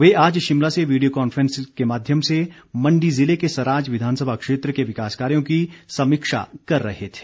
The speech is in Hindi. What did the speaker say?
वे आज शिमला से वीडियो कॉन्फ्रेंस के माध्यम से मंडी ज़िले के सराज विधानसभा क्षेत्र के विकास कार्यो की समीक्षा कर रहे थे